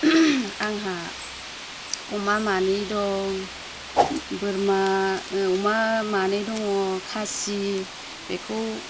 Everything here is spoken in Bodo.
आंहा अमा मानै दं बोरमा अमा मानै दङ खासि बेखौ